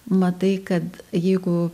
matai kad jeigu